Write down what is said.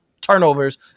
turnovers